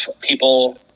people